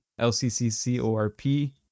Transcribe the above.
LCCCORP